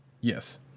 Yes